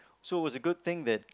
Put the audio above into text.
so it was a good thing that